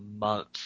month